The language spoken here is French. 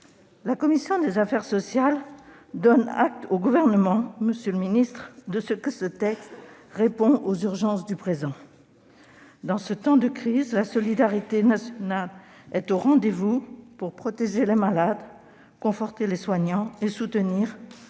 La commission des affaires sociales donne acte au Gouvernement, monsieur le ministre, de ce que ce texte répond aux urgences du moment présent. Merci ... En ce temps de crise, la solidarité nationale est au rendez-vous pour protéger les malades, conforter les soignants et soutenir ceux que